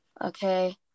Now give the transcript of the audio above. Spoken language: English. okay